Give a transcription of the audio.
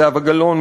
זהבה גלאון,